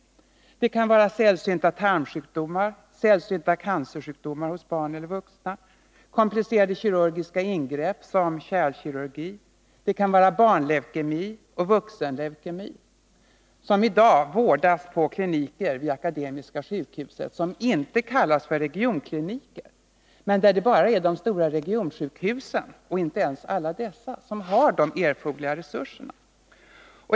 Det kan vara sällsynta tarmsjukdomar, sällsynta cancersjukdomar hos barn eller vuxna, komplicerade kirurgiska ingrepp, såsom kärlkirurgi. Det kan vara barnleukemi och vuxenleukemi som i dag behandlas på kliniker vid Akademiska sjukhuset. Dessa kliniker kallas inte regionkliniker. Men det är bara de stora regionsjukhusen — och inte ens alla dessa — som har de erforderliga resurserna.